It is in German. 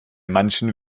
manchen